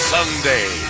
Sunday